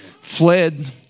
fled